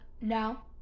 Now